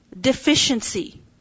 deficiency